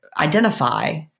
identify